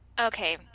Okay